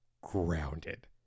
grounded